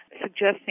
suggesting